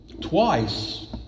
Twice